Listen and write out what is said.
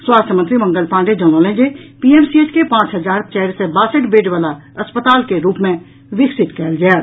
स्वास्थ्य मंत्री मंगल पांडेय जनौलनि जे पीएमसीएच के पांच हजार चारि सय बासठि बेड वला अस्पताल के रूप मे विकसित कयल जायत